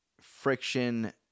friction